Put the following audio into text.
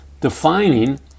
defining